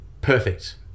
perfect